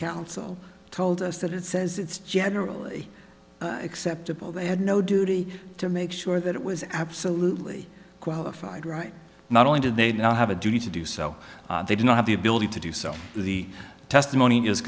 counsel told us that it says it's generally acceptable they had no duty to make sure that it was absolutely qualified right not only did they now have a duty to do so they did not have the ability to do so the testimon